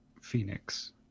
Phoenix